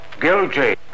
Guilty